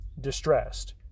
distressed